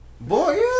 Boy